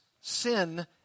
sin